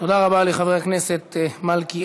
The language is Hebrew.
תודה רבה לחבר הכנסת מלכיאלי.